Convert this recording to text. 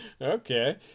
Okay